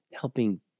helping